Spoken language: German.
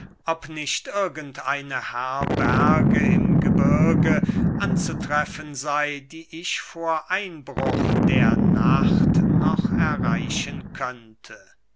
ob nicht irgend eine herberge im gebirge anzutreffen sey die ich vor einbruch der nacht noch erreichen könnte